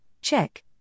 check